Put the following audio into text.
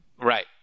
right